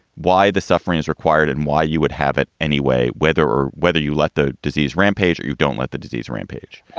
why the suffering is required and why you would. habit any way, whether or whether you let the disease rampage, you don't let the disease rampage.